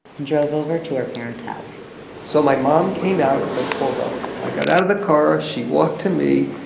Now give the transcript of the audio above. and drove over to her parent's house so my mom came out as i pulled up. i got out of the car, she walked to me.